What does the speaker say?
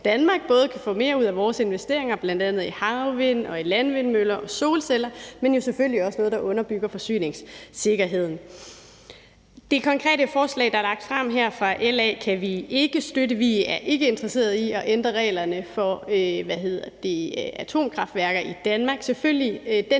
Danmark både kan få mere ud af vores investeringer bl.a. i havvind- og landvindmøller og solceller, men jo selvfølgelig også noget, der underbygger forsyningssikkerheden. Det konkrete forslag, der er lagt frem her fra LA, kan vi ikke støtte. Vi er ikke interesseret i at ændre reglerne for atomkraftværker i Danmark. Den debat, der